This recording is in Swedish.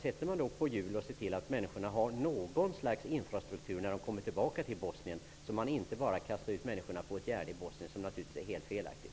sätter man på hjul och ser till att människorna har något slags infrastruktur när de kommer tillbaka till Bosnien, så att de inte bara kastas ut på ett gärde där. Det skulle naturligtvis vara helt felaktigt.